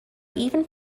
even